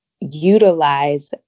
utilize